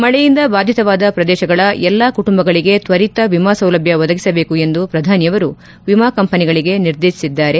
ಮಳೆಯಿಂದ ಬಾಧಿತವಾದ ಪ್ರದೇಶಗಳ ಎಲ್ಲಾ ಕುಟುಂಬಗಳಿಗೆ ತ್ವರಿತ ವಿಮಾ ಸೌಲಭ್ಯ ಒದಗಿಸಬೇಕು ಎಂದು ಪ್ರಧಾನಿ ಅವರು ವಿಮಾ ಕಂಪನಿಗಳಿಗೆ ನಿರ್ದೇಶಿಸಿದ್ದಾರೆ